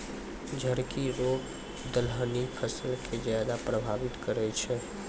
झड़की रोग दलहनी फसल के ज्यादा प्रभावित करै छै